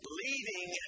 leading